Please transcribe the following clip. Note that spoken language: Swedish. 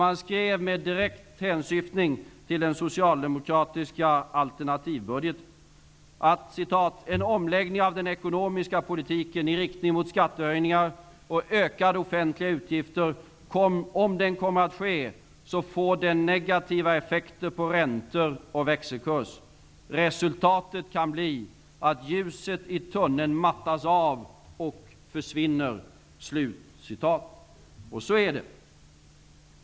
SAF skriver med direkt hänsyftning till den socialdemokratiska alternativbudgeten, att om en omläggning av den ekonomiska politiken i riktning mot skattehöjningar och ökade offentliga utgifter kommer att ske, blir det negativa effekter på räntor och växelkurs. Resultatet kan bli att ljuset i tunneln försvinner. Så är det.